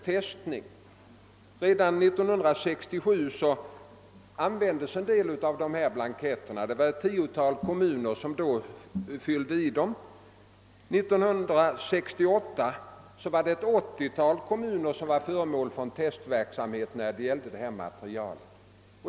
Redan 1967 användes en del av dessa blanketter — det var ett tiotal kommuner som då fyllde i dem — och 1968 var ett åttiotal kommuner föremål för testverksamhet när det gäller detta material.